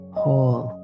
whole